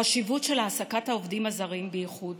החשיבות של העסקת העובדים הזרים, בייחוד